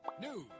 news